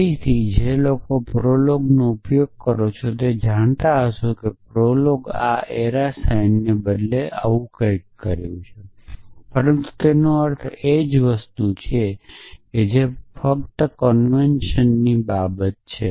ફરીથી તમે જે લોકો prolog નો ઉપયોગ કરો છો તે જાણતા હશે કે prolog આ એરો સાઇનને બદલે કંઈક આવું છે પરંતુ તેનો અર્થ એ જ વસ્તુ છે જે ફક્ત કોન્વેનશન ની બાબત છે